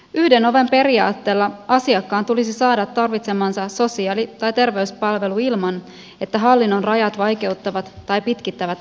yhden oven periaatteella asiakkaan tulisi saada tarvitsemansa sosiaali tai terveyspalvelu ilman että hallinnon rajat vaikeuttavat tai pitkittävät avun saamista